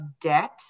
debt